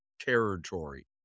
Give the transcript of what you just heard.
territory